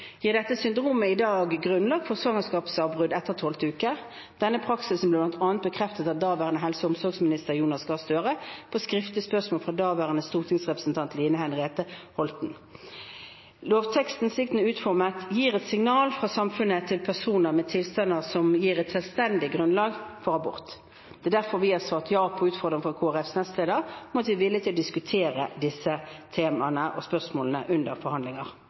gir dette syndromet i dag grunnlag for svangerskapsavbrudd etter tolvte uke. Denne praksisen ble bl.a. bekreftet av daværende helse- og omsorgsminister Jonas Gahr Støre på skriftlig spørsmål fra daværende stortingsrepresentant Line Henriette Hjemdal. Lovteksten, slik den er utformet, gir et signal fra samfunnet til personer med tilstander som gir et selvstendig grunnlag for abort. Det er derfor vi har svart ja på utfordringen fra Kristelig Folkepartis nestleder om at vi er villig til å diskutere disse temaene og spørsmålene under forhandlinger,